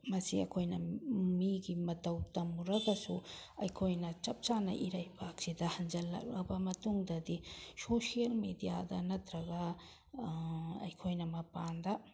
ꯃꯁꯤ ꯑꯩꯈꯣꯏꯅ ꯃꯤꯒꯤ ꯃꯇꯧ ꯇꯝꯃꯨꯔꯒꯁꯨ ꯑꯩꯈꯣꯏꯅ ꯆꯞ ꯆꯥꯅ ꯏꯔꯩꯄꯥꯛꯁꯤꯗ ꯍꯟꯖꯤꯜꯂꯛꯂꯕ ꯃꯇꯨꯡꯗꯗꯤ ꯁꯣꯁꯤꯑꯦꯜ ꯃꯦꯗꯤꯌꯥꯗ ꯅꯠꯇ꯭ꯔꯒ ꯑꯩꯈꯣꯏꯅ ꯃꯄꯥꯟꯗ